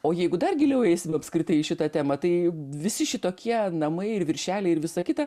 o jeigu dar giliau eisim apskritai į šitą temą tai visi šitokie namai ir viršeliai ir visa kita